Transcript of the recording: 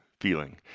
feeling